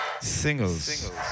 singles